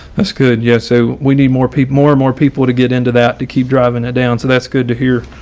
that's good. yes. so we need more people. more and more people to get into that to keep driving down. so that's good to hear.